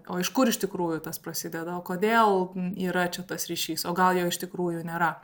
o iš kur iš tikrųjų tas prasideda o kodėl yra čia tas ryšys o gal jo iš tikrųjų nėra